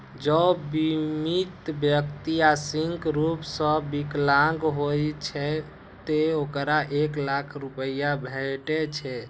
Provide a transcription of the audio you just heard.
जौं बीमित व्यक्ति आंशिक रूप सं विकलांग होइ छै, ते ओकरा एक लाख रुपैया भेटै छै